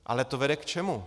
Ale to vede k čemu?